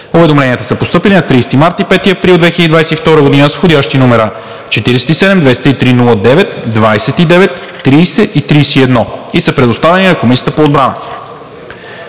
Уведомленията са постъпили на 30 март и 5 април 2022 г., с входящи № 47-203-09-29, 30 и 31, и са предоставени на Комисията по отбрана.